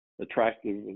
attractive